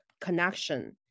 connection